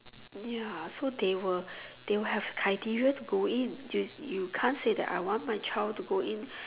ya so they will they will have criteria to go in you you can't say that I want my child to go in